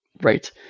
Right